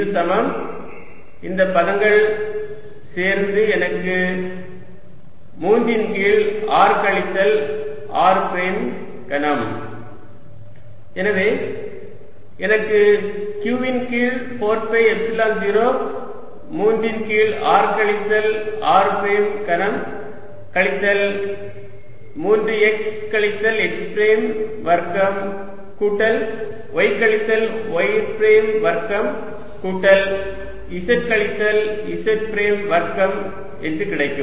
இது சமம் இந்த பதங்கள் சேர்ந்து எனக்கு 3 ன் கீழ் r கழித்தல் r பிரைம் கனம் எனவே எனக்கு q ன் கீழ் 4 பை எப்சிலன் 0 3 ன் கீழ் r கழித்தல் r பிரைம் கனம் கழித்தல் 3 x கழித்தல் x பிரைம் வர்க்கம் கூட்டல் y கழித்தல் y பிரைம் வர்க்கம் கூட்டல் z கழித்தல் z பிரைம் வர்க்கம் என்று கிடைக்கும்